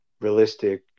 realistic